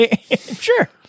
Sure